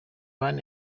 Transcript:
van